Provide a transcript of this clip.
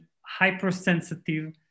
hypersensitive